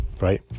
right